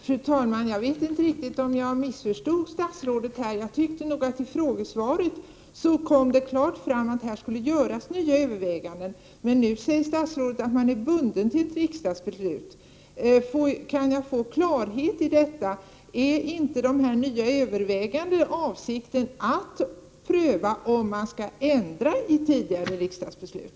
Fru talman! Jag vet inte riktigt om jag missförstod statsrådet. Jag tyckte att det av frågesvaret klart framgick att nya överväganden skulle göras här, men nu säger statsrådet att man är bunden av riksdagsbeslut. Kan jag få klarhet i detta — är inte avsikten med de nya övervägandena att pröva om man skall ändra tidigare riksdagsbeslut?